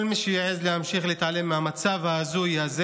כל מי שיעז להמשיך להתעלם מהמצב ההזוי הזה